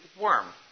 worm